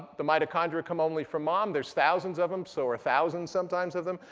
the mitochondria come only from mom. there's thousands of them, so or thousands sometimes of them.